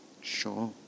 Sure